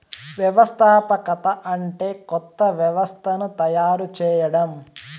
వ్యవస్థాపకత అంటే కొత్త వ్యవస్థను తయారు చేయడం